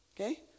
Okay